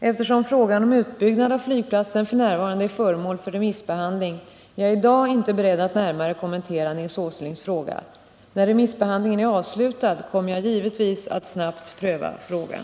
Eftersom frågan om utbyggnad av flygplatsen f. n. är föremål för remissbehandling är jag i dag inte beredd att närmare kommentera Nils Åslings fråga. När remissbehandlingen är avslutad kommer jag givetvis att snabbt pröva frågan.